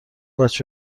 بچه